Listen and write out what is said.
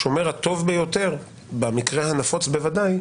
השומר הטוב ביותר במקרה הנפוץ בוודאי,